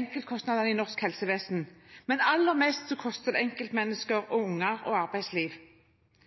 enkeltkostnadene i norsk helsevesen, men aller mest koster det for enkeltmennesker, unger og arbeidsliv.